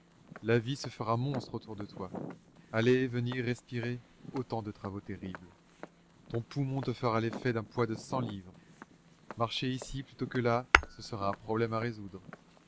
la vie se fera monstre autour de toi aller venir respirer autant de travaux terribles ton poumon te fera l'effet d'un poids de cent livres marcher ici plutôt que là ce sera un problème à résoudre